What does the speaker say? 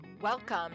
Welcome